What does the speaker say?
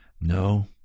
No